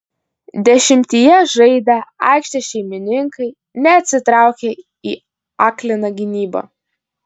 dešimtyje žaidę aikštės šeimininkai neatsitraukė į akliną gynybą